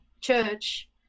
church